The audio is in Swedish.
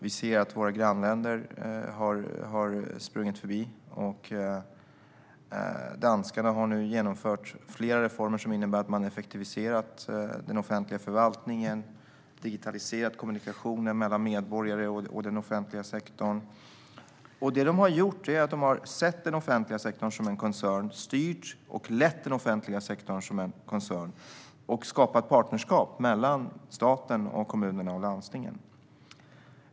Vi ser att våra grannländer har sprungit förbi. Danskarna har nu genomfört flera reformer som innebär att man har effektiviserat den offentliga förvaltningen och digitaliserat kommunikationen mellan medborgare och den offentliga sektorn. Det de har gjort är att de har sett den offentliga sektorn som en koncern och styrt och lett den som en koncern. De har skapat partnerskap mellan staten, kommunerna och landstingen.